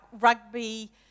rugby